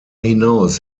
hinaus